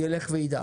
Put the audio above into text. זה ילך וידעך.